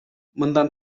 мындан